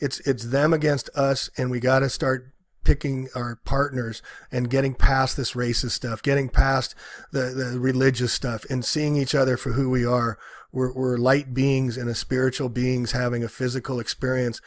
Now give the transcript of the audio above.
it's them against us and we've got to start picking our partners and getting past this race of stuff getting past the religious stuff in seeing each other for who we are we're light beings in a spiritual beings having a physical experience